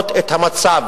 והמסעדנות.